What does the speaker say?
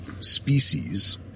species